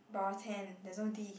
bartend there's no D